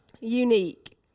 Unique